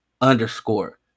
underscore